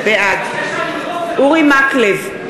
בעד אורי מקלב,